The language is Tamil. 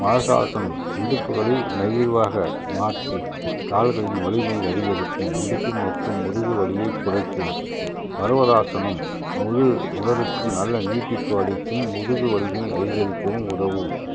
மடசாசனம் இடுப்புகளை நெகிழ்வாக மாற்றி கால்களின் வலிமை அதிகரிக்கும் இடுப்பு மற்றும் முதுகு வலியை குறைக்கும் பருவகாசனம் முழு உடலுக்கும் நல்ல நீட்டிப்பு அளிக்கும் முதுகு வலிமை அதிகரிக்கவும் உதவும்